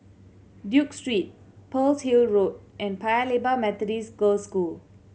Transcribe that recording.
Duke Street Pearl's Hill Road and Paya Lebar Methodist Girls' School